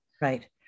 Right